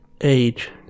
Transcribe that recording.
Age